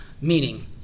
Meaning